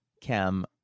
Kim